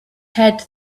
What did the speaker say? head